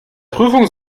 prüfung